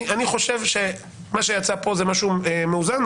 אני חשוב שמה שיצא כאן, זה משהו מאוזן.